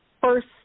first